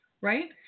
right